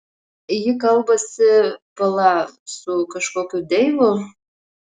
ji kalbasi pala su kažkokiu deivu